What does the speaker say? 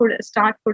start